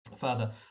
further